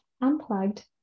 unplugged